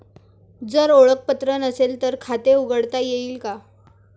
जर ओळखपत्र नसेल तर खाते उघडता येईल का?